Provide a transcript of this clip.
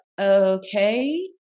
okay